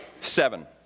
seven